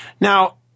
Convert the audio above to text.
Now